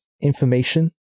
information